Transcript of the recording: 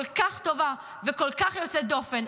כל כך טובה וכל כך יוצאת דופן.